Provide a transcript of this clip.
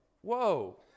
whoa